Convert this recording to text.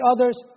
others